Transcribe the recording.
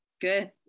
good